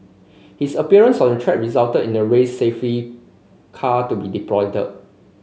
his appearance on the track resulted in the race safety car to be deployed